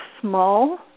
small